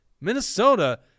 Minnesota